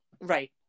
right